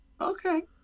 okay